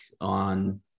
on